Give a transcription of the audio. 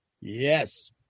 Yes